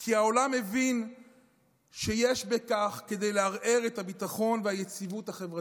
כי העולם הבין שיש בכך כדי לערער את הביטחון ואת היציבות החברתית.